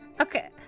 Okay